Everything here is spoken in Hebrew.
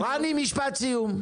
רני משפט סיום.